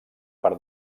per